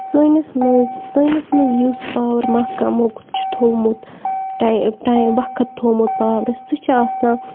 سٲنِس منٛز سٲنِس منٛز یُس پاوَر محکمُک چھُ تھومُت ٹای ٹایِم وقت تھومُت پاورس سُہ چھُ آسان